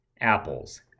Apple's